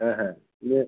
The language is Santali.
ᱦᱮᱸ ᱤᱭᱟᱹ